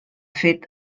fet